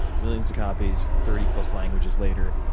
millions of copies, thirty plus languages later,